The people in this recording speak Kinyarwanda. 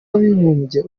w’abibumbye